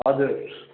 हजुर